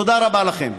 תודה רבה לכם.